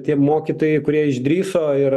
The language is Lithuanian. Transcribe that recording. tie mokytojai kurie išdrįso ir